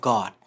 God